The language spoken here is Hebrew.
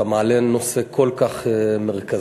שאתה מעלה נושא כל כך מרכזי.